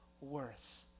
worth